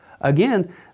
Again